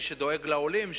למי שדואג לעולים,